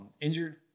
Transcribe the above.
injured